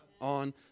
on